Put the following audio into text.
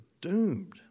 doomed